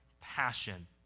passion